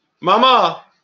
Mama